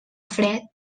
fred